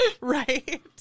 right